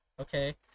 okay